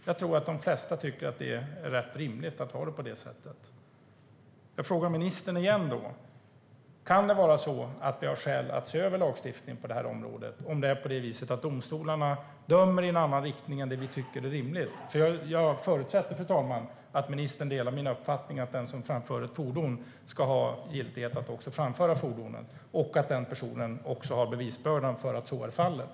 Jag tror att de flesta tycker att det är rätt rimligt att ha det på det sättet. Jag frågar ministern igen: Kan vi ha skäl att se över lagstiftningen på det här området, om domstolarna dömer i en annan riktning än vad vi tycker är rimligt? Jag förutsätter, fru talman, att ministern delar min uppfattning att den som framför ett fordon ska ha rätt att framföra fordonet och att den personen också har bevisbördan för detta.